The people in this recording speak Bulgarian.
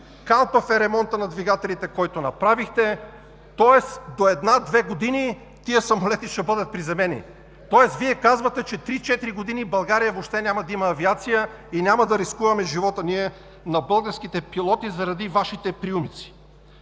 калпав е ремонтът на двигателите, който направихте! Тоест до една-две години тези самолети ще бъдат приземени. Тоест Вие казвате, че три-четири години България въобще няма да има авиация! И няма да рискуваме живота на българските пилоти заради Вашите приумици!